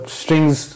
strings